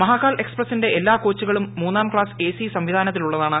മഹാകാൽ എക്സ്പ്രസിന്റെ എല്ലാ കോച്ചുകളും മൂന്നാം ക്ലാസ്സ് എ സി സംവിധാനത്തിലുളളതാണ്